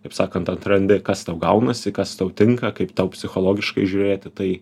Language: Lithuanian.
taip sakant atrandi kas tau gaunasi kas tau tinka kaip tau psichologiškai žiūrėt į tai